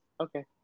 okay